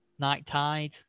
Nighttide